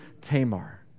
Tamar